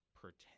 pretend